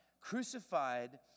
Crucified